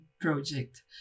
project